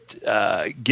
get